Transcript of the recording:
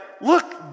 look